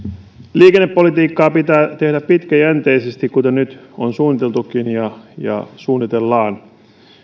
liikennepolitiikkaa pitää tehdä pitkäjänteisesti kuten nyt on suunniteltukin ja ja suunnitellaan